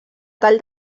tall